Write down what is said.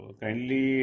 kindly